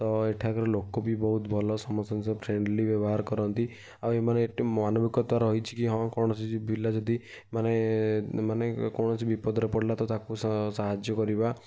ତ ଏଠାକାର ଲୋକ ବି ବହୁତ ଭଲ ସମସ୍ତଙ୍କ ସହ ଫ୍ରେଣ୍ଡଲି ବ୍ୟବହାର କରନ୍ତି ଆଉ ଏମାନେ ଏଇଠି ମାନବିକତା ରହିଛି ହଁ କୌଣସି ପିଲା ଯଦି ମାନେ ମାନେ କୌଣସି ବିପଦରେ ପଡ଼ିଲା ତାକୁ ସା ସାହାଯ୍ୟ କରିବା